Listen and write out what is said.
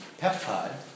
peptide